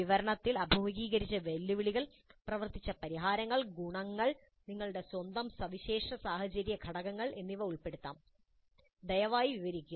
വിവരണത്തിൽ അഭിമുഖീകരിച്ച വെല്ലുവിളികൾ പ്രവർത്തിച്ച പരിഹാരങ്ങൾ ഗുണങ്ങൾ നിങ്ങളുടെ സ്വന്തം സവിശേഷ സാഹചര്യഘടകങ്ങൾ എന്നിവ ഉൾപ്പെടാം ദയവായി വിവരിക്കുക